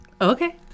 Okay